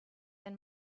and